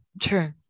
true